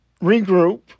regroup